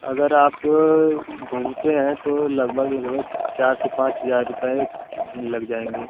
अगर आप घूमते हैं तो लगभग लगभग चार से पाँच हज़ार रुपये लग जाएँगे